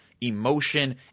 emotion